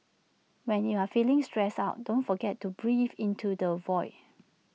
when you are feeling stressed out don't forget to breathe into the void